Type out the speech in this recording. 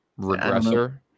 regressor